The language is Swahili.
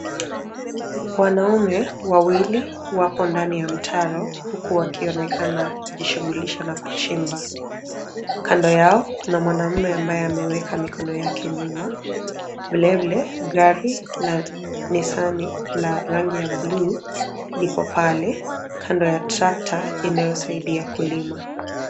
Wanaume wawili wapo ndani ya mtaro huku wakionekana kujishughulisha na kuchimba. Kando yao, kuna mwanamume ambaye ameweka mikono yake nyuma. Vilevile, gari la Nissan la rangi ya buluu liko pale kando ya tractor inayosaidia kulima.